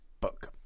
book